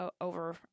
over